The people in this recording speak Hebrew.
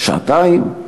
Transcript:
שעתיים?